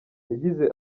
yagize